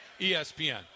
ESPN